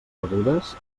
rebudes